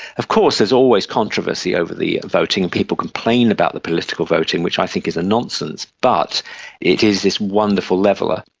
of course there's always controversy over the voting and people complain about the political voting, which i think is a nonsense, but it is this wonderful leveller.